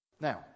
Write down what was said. Now